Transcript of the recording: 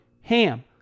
HAM